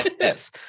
yes